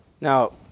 Now